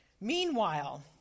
Meanwhile